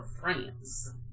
France